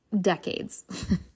decades